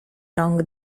rąk